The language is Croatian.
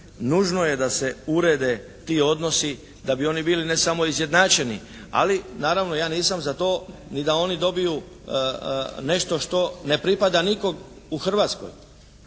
nužno je da se urede ti odnosi da bi oni bili ne samo izjednačeni, ali naravno ja nisam za to ni da oni dobiju nešto što ne pripada nikom u Hrvatskoj.